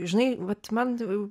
žinai vat man jau